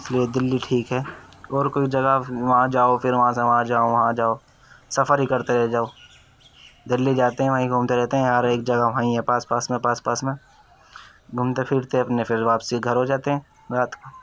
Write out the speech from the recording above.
اس لیے دلّی ٹھیک ہے اور کوئی جگہ وہاں جاؤ پھر وہاں سے وہاں جاؤ وہاں جاؤ سفر ہی کرتے رہ جاؤ دلّّی جاتے ہیں وہیں گھومتے رہتے ہیں ہر ایک جگہ وہیں ہے پاس پاس میں پاس پاس میں گھومتے پھرتے اپنے پھر واپسی گھر ہو جاتے ہیں رات کو